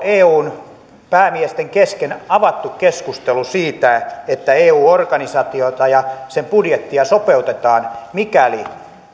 eun päämiesten kesken avattu keskustelu siitä että eu organisaatiota ja sen budjettia sopeutetaan mikäli